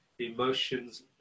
emotions